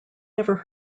never